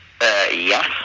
yes